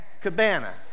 Cabana